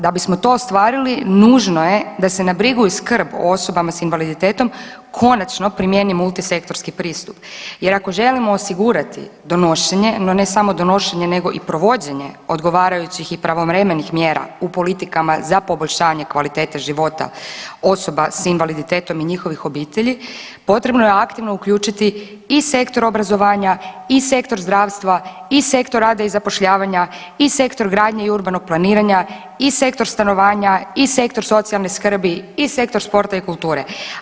Da bismo to ostvarili nužno je da se na brigu i skrb o osobama s invaliditetom konačno primjeni multisektorski pristup jer ako želimo osigurati donošenje, no ne samo donošenje nego i provođenje odgovarajućih i pravovremenih mjera u politikama za poboljšanje kvalitete života osoba s invaliditetom i njihovih obitelji, potrebno je aktivno uključiti i sektor obrazovanja i sektor zdravstva i sektor rada i zapošljavanja i sektor gradnje i urbanog planiranja i sektor stanovanja i sektor socijalne skrbi i sektor sporta i kulture.